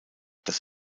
dass